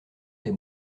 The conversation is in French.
des